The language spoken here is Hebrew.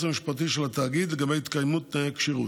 המשפטי של התאגיד לגבי התקיימות תנאי הכשירות.